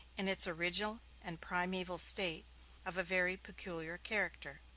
in its original and primeval state of a very peculiar character.